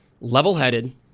level-headed